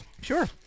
Sure